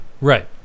Right